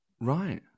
right